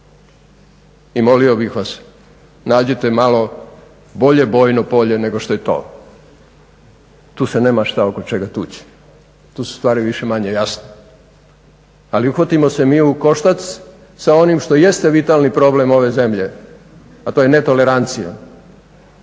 I molio bih vas nađite malo bolje bojno polje nego što je to. Tu se nema šta oko čega tuć, tu su stvari više-manje jasne ali uhvatimo se mi u koštac sa onim šta jeste vitalni problem ove zemlje a to je netolerancija.